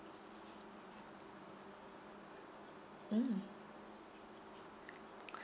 mm